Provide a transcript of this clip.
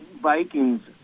Vikings